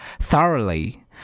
thoroughly